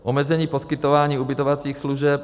omezení poskytování ubytovacích služeb,